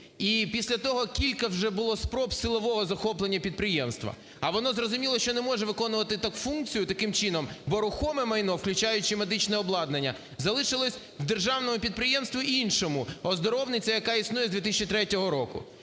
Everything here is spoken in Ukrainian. І після того вже кілька було спроб силового захоплення підприємства. А воно, зрозуміло, що не може виконувати функцію таким чином, бо рухоме майно, включаючи медичне обладнання, залишилось в державному підприємстві іншому: оздоровниця, яка існує з 2003 року.